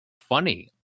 funny